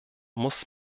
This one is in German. muss